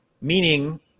meaning